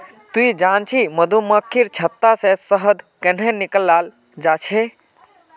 ती जानछि मधुमक्खीर छत्ता से शहद कंन्हे निकालाल जाच्छे हैय